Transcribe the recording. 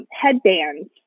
headbands